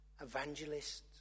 evangelists